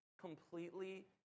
completely